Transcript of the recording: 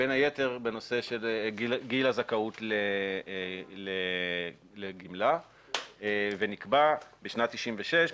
בין היתר בנושא של גיל הזכאות לגמלה ונקבע בשנת 96',